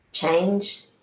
change